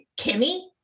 Kimmy